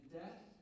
death